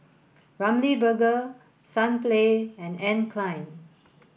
Ramly Burger Sunplay and Anne Klein